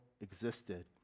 existed